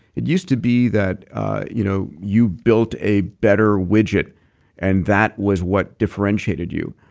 it used to be that you know you built a better widget and that was what differentiated you,